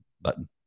button